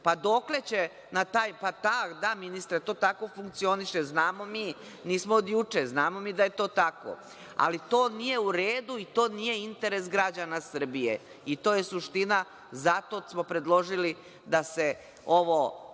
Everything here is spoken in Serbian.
Dokle će na taj ….Da, ministre, to tako funkcioniše, znamo mi, nismo od juče. Znamo da je to tako. Ali to nije u redu i to nije interes građana Srbije. To je suština. Zato smo predložili da se